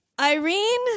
Irene